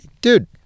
dude